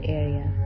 area